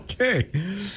Okay